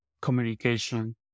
communication